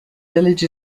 village